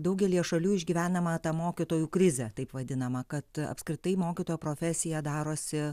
daugelyje šalių išgyvenama ta mokytojų krizė taip vadinama kad apskritai mokytojo profesija darosi